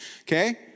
Okay